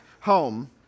home